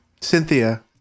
Cynthia